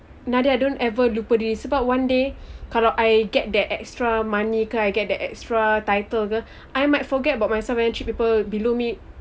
nadia don't ever lupa diri sebab one day kalau I get that extra money ke I get that extra title ke I might forget about myself and people below me